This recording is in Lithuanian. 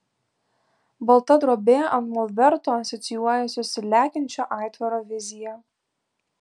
balta drobė ant molberto asocijuojasi su lekiančio aitvaro vizija